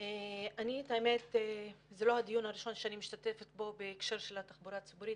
זה לא הדיון הראשון שאני משתתפת בו בהקשר של התחבורה הציבורית.